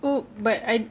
!oops! but I